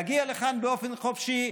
להגיע לכאן באופן חופשי.